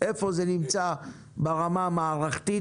איפה זה נמצא ברמה המערכתית,